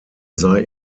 sei